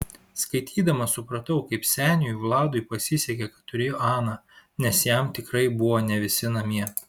skaitydama supratau kaip seniui vladui pasisekė kad turėjo aną nes jam tikrai buvo ne visi namie